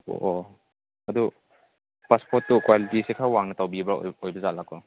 ꯑꯣ ꯑꯣ ꯑꯗꯨ ꯄꯥꯁꯄꯣꯔꯠꯇꯨ ꯀ꯭ꯋꯥꯂꯤꯇꯤꯁꯦ ꯈꯔ ꯋꯥꯡꯅ ꯇꯧꯕꯤꯕ ꯑꯣꯏꯕꯖꯥꯠꯂꯀꯣ